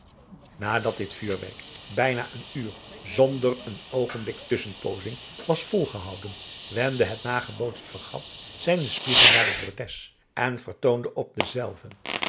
nadat dit vuurwerk bijna een uur zonder een oogenblik tusschenpoozing was volgehouden wendde het nagebootst fregat zijnen spiegel naar het bordes en vertoonde op denzelven